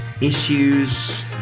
issues